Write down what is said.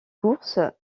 course